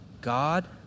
God